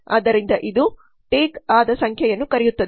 ಆದ್ದರಿಂದ ಇದು ಟೇಕ್ ಸಂಖ್ಯೆಯನ್ನು ಕರೆಯುತ್ತದೆ